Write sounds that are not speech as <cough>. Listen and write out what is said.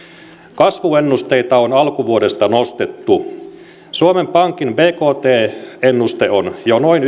kasvuennusteita on alkuvuodesta nostettu suomen pankin bkt ennuste on jo noin <unintelligible>